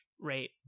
rate